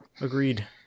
Agreed